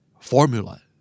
Formula